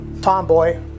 tomboy